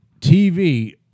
TV